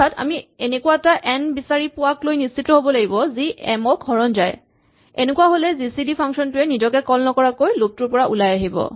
অৰ্থাৎ আমি এনেকুৱা এটা এন বিচাৰি পোৱাকলৈ নিশ্চিত হ'ব লাগিব যি এম ক হৰণ যায় এনেকুৱা হ'লেই জি চি ডি ফাংচন টোৱে নিজকে কল নকৰাকৈ লুপ টোৰ পৰা ওলাই আহিব